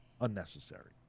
unnecessary